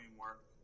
work